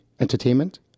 entertainment